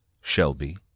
Shelby